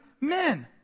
men